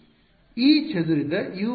ಆದ್ದರಿಂದ E ಚದುರಿದ U - Uinc ವಾಗಿರುತ್ತದೆ